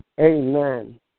Amen